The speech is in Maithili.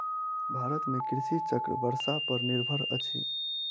भारत में कृषि चक्र वर्षा पर निर्भर अछि